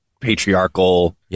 patriarchal